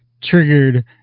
triggered